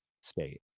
state